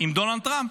עם דונלד טראמפ?